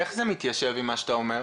איך זה מתיישב עם מה שאתה אומר?